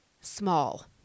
small